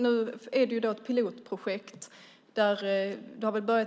Nu är det ett pilotprojekt